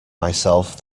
myself